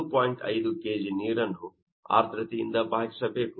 5 kg ನೀರನ್ನು ಆರ್ದ್ರತೆಯಿಂದ ಭಾಗಿಸಬೇಕು